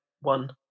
one